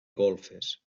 golfes